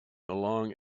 along